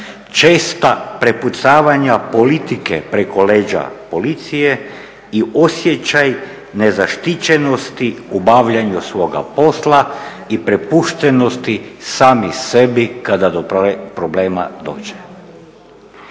česta prepucavanja politike preko leđa policije i osjećaj nezaštićenosti u obavljanju svoga posla i prepuštenosti sami sebi kada do problema dođe.